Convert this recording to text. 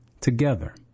together